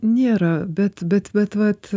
nėra bet bet vat vat